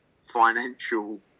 financial